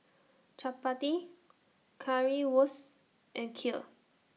Chapati Currywurst and Kheer